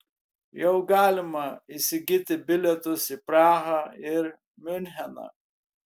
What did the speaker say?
jau galima įsigyti bilietus į prahą ir miuncheną